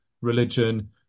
religion